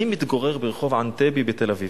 אני מתגורר ברחוב ענתבי בתל-אביב.